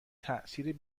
تاثیر